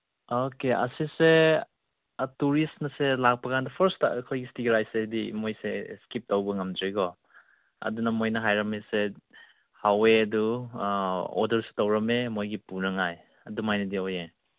okay ꯑꯁꯤꯁꯦ tourist ꯃꯁꯦ ꯂꯥꯛꯄꯀꯥꯟꯗ ꯐꯔꯁꯇ ꯑꯩꯈꯣꯏꯒꯤ ꯏꯁꯇꯤꯀꯤ ꯔꯥꯏꯁꯁꯦ ꯍꯥꯏꯗꯤ ꯃꯣꯏꯗꯤ ꯏꯁꯀꯤꯞ ꯇꯧꯕ ꯉꯝꯗ꯭ꯔꯦꯀꯣ ꯑꯗꯨꯅ ꯃꯣꯏꯅ ꯍꯥꯏꯔꯝꯃꯤꯁꯦ ꯍꯥꯎꯋꯦ ꯑꯗꯨ ꯑꯣꯗꯔꯁꯨ ꯇꯧꯔꯝꯃꯦ ꯃꯣꯏꯒꯤ ꯄꯨꯅꯉꯥꯏ ꯑꯗꯨꯃꯥꯏꯅꯗꯤ ꯑꯣꯏꯌꯦ